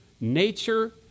nature